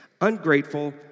ungrateful